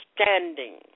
standing